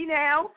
now